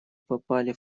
попали